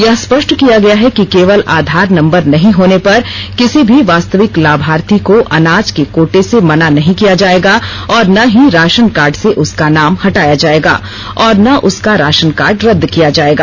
यह स्पष्ट किया गया है कि केवल आधार नम्बर नहीं होने पर किसी भी वास्तविक लाभार्थी को अनाज के कोटे से मना नहीं किया जाएगा और न ही राशन कार्ड से उसका नाम हटाया जाएगा और न उसका राशन कार्ड रद्द किया जाएगा